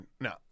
no